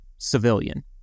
Civilian